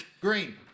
Green